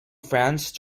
france